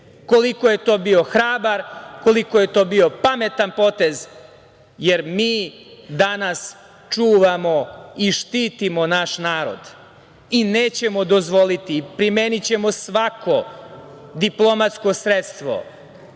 koliko je to bio hrabar, koliko je to bio pametan potez, jer mi danas čuvamo i štitimo naš narod i nećemo dozvoliti. Primenićemo svako diplomatsko sredstvo